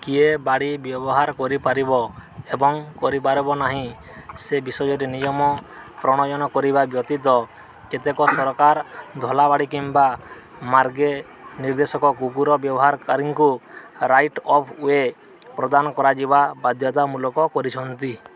କିଏ ବାଡ଼ି ବ୍ୟବହାର କରିପାରିବ ଏବଂ କରିପାରିବ ନାହିଁ ସେ ବିଷୟରେ ନିୟମ ପ୍ରଣୟନ କରିବା ବ୍ୟତୀତ କେତେକ ସରକାର ଧଳା ବାଡ଼ି କିମ୍ବା ମାର୍ଗ ନିର୍ଦ୍ଦେଶକ କୁକୁର ବ୍ୟବହାରକାରୀଙ୍କୁ ରାଇଟ୍ଅଫୱେ ପ୍ରଦାନ କରାଯିବା ବାଧ୍ୟତାମୂଳକ କରିଛନ୍ତି